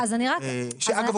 ואגב,